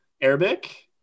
Arabic